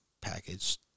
package